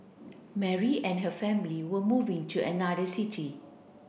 Mary and her family were moving to another city